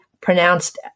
pronounced